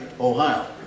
Ohio